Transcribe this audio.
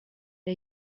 der